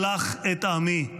שלח את עמי,